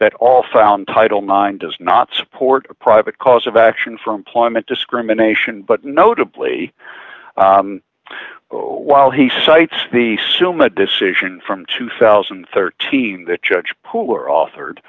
that all sound title nine does not support a private cause of action for employment discrimination but notably while he cites the summa decision from two thousand and thirteen the judge pooler authored